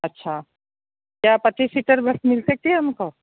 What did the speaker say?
अच्छा क्या पच्चीस सीटर बस मिल सकती है हम को